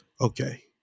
okay